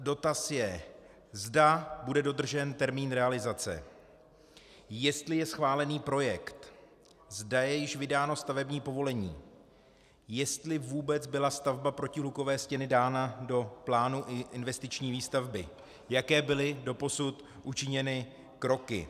Dotaz je, zda bude dodržen termín realizace, jestli je schválený projekt, zda je již vydáno stavební povolení, jestli vůbec byla stavba protihlukové stěny dána do plánu investiční výstavby, jaké byly doposud učiněny kroky.